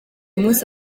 munsi